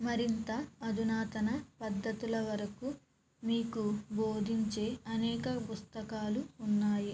మరింత అధునాతన పద్ధతుల వరకు మీకు బోధించే అనేక పుస్తకాలు ఉన్నాయి